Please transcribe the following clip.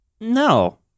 No